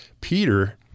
Peter